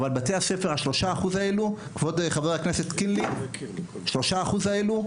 אבל חבר הכנסת קינלי, ה- 3% האלה,